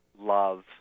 love